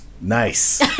Nice